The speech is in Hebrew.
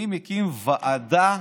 אני מקים ועדה,